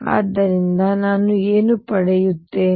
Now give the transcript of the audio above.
ಆದ್ದರಿಂದ ನಾನು ಏನು ಪಡೆಯುತ್ತೇನೆ